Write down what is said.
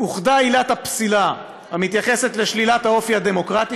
אוחדה עילת הפסילה המתייחסת לשלילת האופי הדמוקרטי